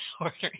ordering